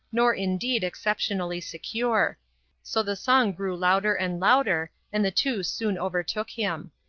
nor, indeed, exceptionally secure so the song grew louder and louder and the two soon overtook him.